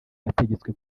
bategetswe